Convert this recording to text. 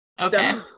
okay